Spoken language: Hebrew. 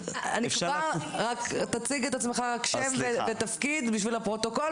הצבתי שם גלגלים בחופים אסורים,